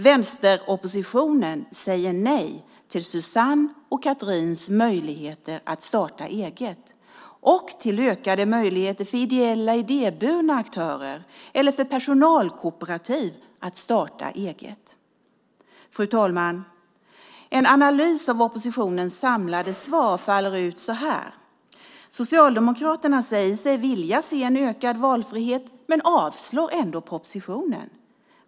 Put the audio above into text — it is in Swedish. Vänsteroppositionen säger nej till möjligheter för Susanne och Ann-Chatrine att starta eget och till ökade möjligheter för ideella och idéburna aktörer eller för personalkooperativ att starta eget. Fru talman! En analys av oppositionens samlade svar faller ut så här: Socialdemokraterna säger sig vilja se en ökad valfrihet men yrkar ändå avslag på propositionen.